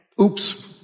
Oops